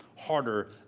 harder